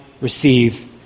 receive